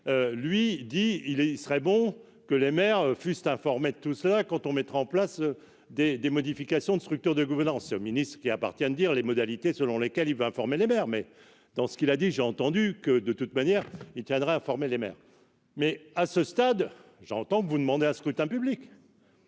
et il serait bon que les maires Fust informé de tout cela quand on mettre en place des des modifications de structure de gouvernance au ministre qu'il appartient de dire les modalités selon lesquelles il va informer les maires, mais dans ce qu'il a dit : j'ai entendu que de toute manière il tiendra informer les maires, mais à ce stade, j'entends que vous demander un scrutin public.